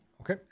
okay